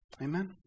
Amen